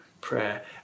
prayer